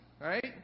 right